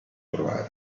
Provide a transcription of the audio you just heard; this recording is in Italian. trovare